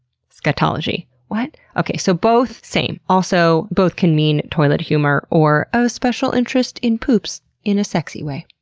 scatology. what? okay, so both same. also both can mean toilet humor, or a special interest in poops, in a sexy way.